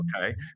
okay